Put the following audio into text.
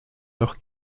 leurs